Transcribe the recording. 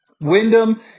Wyndham